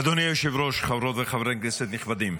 אדוני היושב-ראש, חברות וחברי כנסת נכבדים,